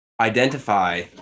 identify